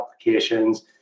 applications